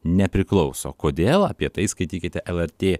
nepriklauso kodėl apie tai skaitykite lrt